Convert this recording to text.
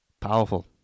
Powerful